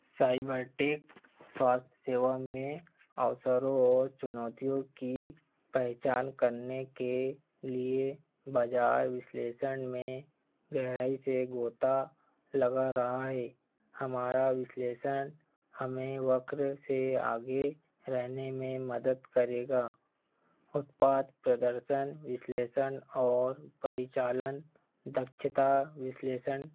cyber tech स्वास्थ्य सेवा में अवसरों और चुनौतियों की पहचान करने के लिए बजार विश्लेषण में गहराई से गोता लगा रहा है हमारा विश्लेषण हमें वक्र से आगे रहने में मदद करेगा उत्पाद प्रदर्शन विश्लेषण और परिचालन दक्षता विश्लेषण